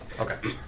Okay